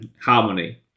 harmony